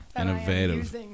innovative